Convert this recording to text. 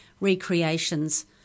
recreations